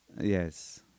yes